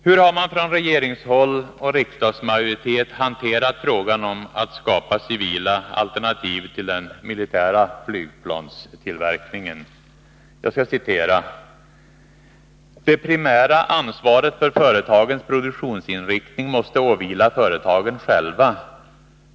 Hur har man från regeringshåll och riksdagsmajoritet hanterat frågan om att skapa civila alternativ till den militära flygplanstillverkningen? Jag citerar: ”Det primära ansvaret för företagens produktionsinriktning måste åvila företagen själva.